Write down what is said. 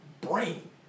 brain